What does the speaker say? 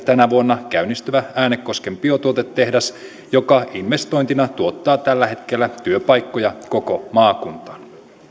tänä vuonna käynnistyvä äänekosken biotuotetehdas joka investointina tuottaa tällä hetkellä työpaikkoja koko maakuntaan